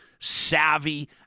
savvy